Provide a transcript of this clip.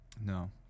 No